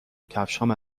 کفشهام